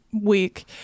week